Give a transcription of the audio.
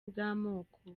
bw’amoko